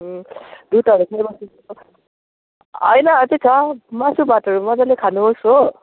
दुधहरू होइन अझै छ मासु भातहरू मजाले खानुहोस् हो